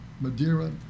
Madeira